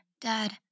Dad